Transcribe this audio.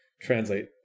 translate